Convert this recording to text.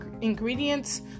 ingredients